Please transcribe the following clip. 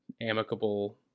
amicable